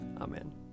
Amen